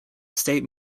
state